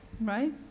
Right